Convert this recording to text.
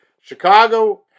Chicago